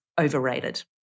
overrated